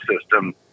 system